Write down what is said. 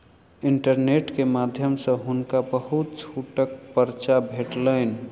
internet के माध्यम सॅ हुनका बहुत छूटक पर्चा भेटलैन